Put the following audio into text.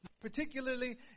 Particularly